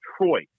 Detroit